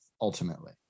ultimately